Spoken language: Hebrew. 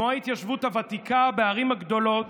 כמו ההתיישבות הוותיקה, בערים הגדולות